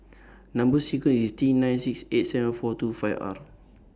Number sequence IS T nine six eight seven four two five R